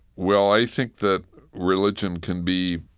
well, i think that religion can be,